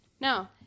no